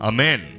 Amen